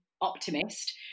optimist